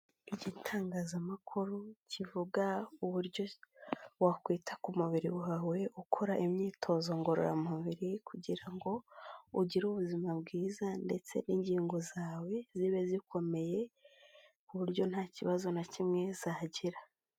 Igitangazamakuru kivuga uburyo wakwita ku mubiri wawe ukora imyitozo ngororamubiri, kugira ngo ugire ubuzima bwiza ndetse ingingo zawe zibe zikomeye, ku buryo nta kibazo na kimwe zagira.